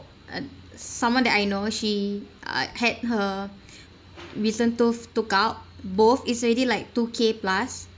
mm someone that I know she uh had her wisdom tooth took out both is already like two K plus